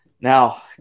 Now